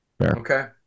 Okay